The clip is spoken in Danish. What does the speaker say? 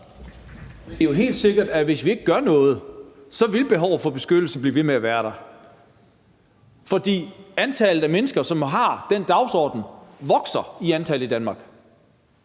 Det er jo helt sikkert, at hvis vi ikke gør noget, vil behovet for beskyttelse blive ved med at være der, for antallet af mennesker, som har den dagsorden, vokser i antal i Danmark.